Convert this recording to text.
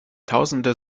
tausende